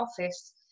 office